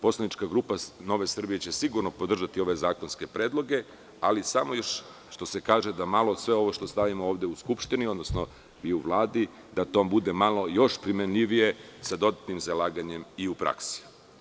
Poslanička grupa Nove Srbije će sigurno podržati ove zakonske predloge, ali samo još malo da, sve ovo što stavimo ovde u Skupštini i u Vladi, da bude malo još primenljivije sa dodatnim zalaganjem i u praksi.